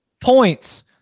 points